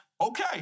okay